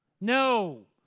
No